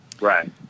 Right